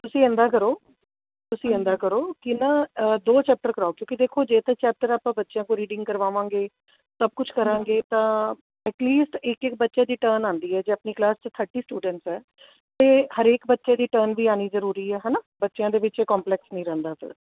ਤੁਸੀਂ ਇੱਦਾਂ ਕਰੋ ਤੁਸੀਂ ਇੱਦਾ ਕਰੋ ਕਿ ਨਾ ਦੋ ਚੈਪਟਰ ਕਰਵਾਓ ਕਿਉਂਕਿ ਦੇਖੋ ਜੇ ਤਾਂ ਚੈਪਟਰ ਆਪਾਂ ਬੱਚਿਆਂ ਕੋਲੋਂ ਰੀਡਿੰਗ ਕਰਵਾਵਾਂਗੇ ਸਭ ਕੁਛ ਕਰਾਂਗੇ ਤਾਂ ਐਟਲੀਸਟ ਇੱਕ ਇੱਕ ਬੱਚੇ ਦੀ ਟਰਨ ਆਉਂਦੀ ਹੈ ਜੇ ਆਪਣੀ ਕਲਾਸ 'ਚ ਥਰਟੀ ਸਟੂਡੈਂਟ ਹੈ ਤਾਂ ਹਰੇਕ ਬੱਚੇ ਦੀ ਟਰਨ ਵੀ ਆਉਣੀ ਜ਼ਰੂਰੀ ਹੈ ਹੈ ਨਾ ਬੱਚਿਆਂ ਦੇ ਵਿੱਚ ਕੋਂਪਲੈਕਸ ਨਹੀਂ ਰਹਿੰਦਾ ਫਿਰ